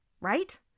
Right